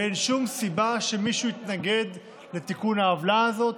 ואין שום סיבה שמישהו יתנגד לתיקון העוולה הזאת.